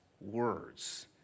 words